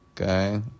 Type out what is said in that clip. Okay